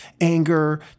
anger